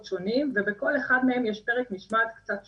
שונים ובכל אחד מהם יש פרק משמעת קצת שונה.